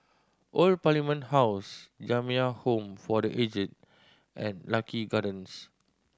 Old Parliament House Jamiyah Home for The Aged and Lucky Gardens